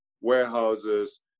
warehouses